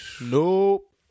Nope